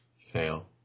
fail